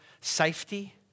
safety